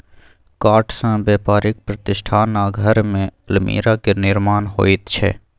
काठसँ बेपारिक प्रतिष्ठान आ घरमे अलमीरा केर निर्माण होइत छै